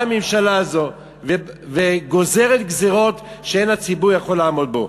באה הממשלה הזאת וגוזרת גזירות שאין הציבור יכול לעמוד בהן.